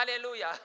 Hallelujah